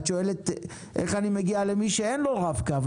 את שואלת איך אני מגיעה למי שאין לו רב-קו,